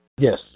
Yes